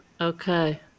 okay